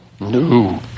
No